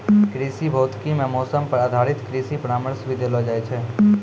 कृषि भौतिकी मॅ मौसम पर आधारित कृषि परामर्श भी देलो जाय छै